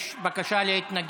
יש בקשה להתנגד,